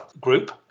group